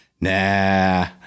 Nah